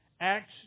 Acts